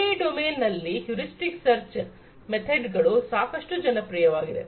AI domain ನಲ್ಲಿ heuristic search method ಗಳು ಸಾಕಷ್ಟು ಜನಪ್ರಿಯವಾಗಿವೆ